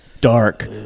dark